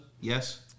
Yes